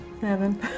Seven